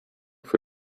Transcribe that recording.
für